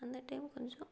அந்த டைம் கொஞ்சம்